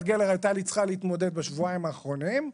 גלר הייתה צריכה להתמודד איתו בשבועיים האחרונים,